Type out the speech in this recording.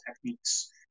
techniques